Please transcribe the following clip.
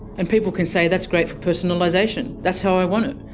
and people can say, that's great for personalisation, that's how i want it,